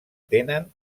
tenen